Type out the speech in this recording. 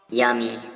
Yummy